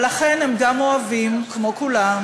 אבל לכן הם גם אוהבים, כמו כולם,